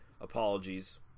apologies